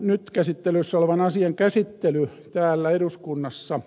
nyt käsittelyssä olevan asian käsittely täällä eduskunnassa